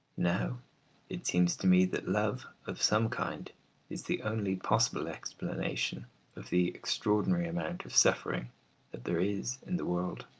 now it seems to me that love of some kind is the only possible explanation of the extraordinary amount of suffering that there is in the world.